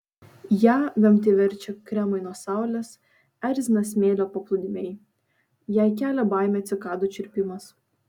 ją vemti verčia kremai nuo saulės erzina smėlio paplūdimiai jai kelia baimę cikadų čirpimas